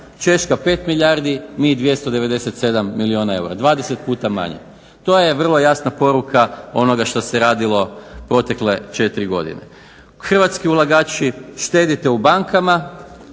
Češka 5 milijardi, mi 297 milijuna eura. 20 puta manje. To je vrlo jasna poruka onoga što se radilo protekle 4 godine. Hrvatski ulagači štedite u bankama,